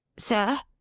sir!